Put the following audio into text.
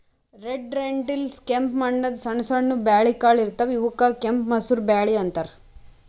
red lentils ಕೆಂಪ್ ಬಣ್ಣದ್ ಸಣ್ಣ ಸಣ್ಣು ಕಾಳ್ ಇರ್ತವ್ ಇವಕ್ಕ್ ಕೆಂಪ್ ಮಸೂರ್ ಬ್ಯಾಳಿ ಅಂತಾರ್